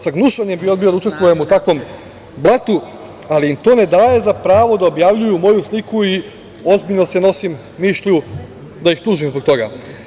Sa gnušanjem bih odbio da učestvujem u takvom blatu, ali im to ne daje za pravo da objavljuju moju sliku i ozbiljno se nosim mišlju, da ih tužim zbog toga.